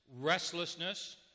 restlessness